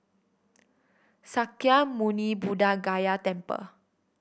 Sakya Muni Buddha Gaya Temple